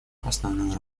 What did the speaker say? основную